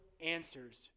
answers